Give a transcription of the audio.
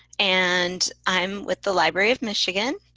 and i'm with the library of michigan.